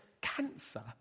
cancer